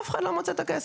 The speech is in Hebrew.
אף אחד לא מוצא את הכסף.